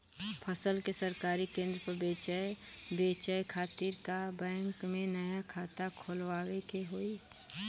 फसल के सरकारी केंद्र पर बेचय खातिर का बैंक में नया खाता खोलवावे के होई?